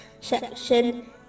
section